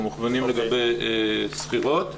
הם מוכוונים לגבי שכירות.